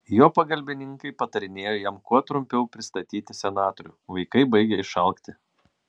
jo pagalbininkai patarinėjo jam kuo trumpiau pristatyti senatorių vaikai baigią išalkti